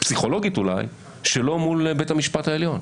פסיכולוגית אולי שלו מול בית המשפט העליון.